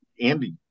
andy